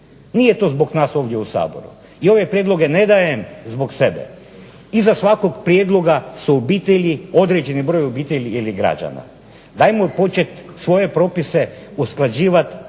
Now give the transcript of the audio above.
Nije to zbog nas ovdje u Saboru i ovdje prijedloge ne dajem zbog sebe. Iza svakog prijedloga su obitelji, određeni broj obitelji ili građana pa ajmo počet svoje propise usklađivat